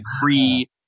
free